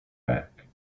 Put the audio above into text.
back